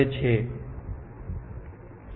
આ અલ્ગોરિધમ વિશે તમારે શું કહેવું છે